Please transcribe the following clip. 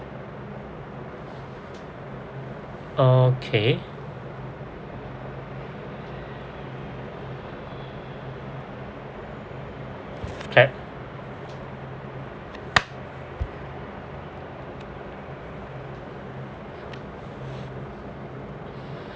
okay clap